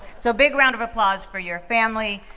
so big round of applause for your family,